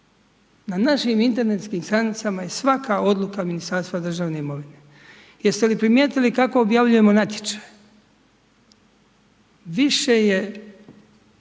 Na našim internetskim stranicama je svaka odluka Ministarstva državne imovine. Jeste li primijetili kako objavljeno natječaj. Više je